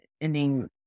ending